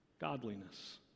godliness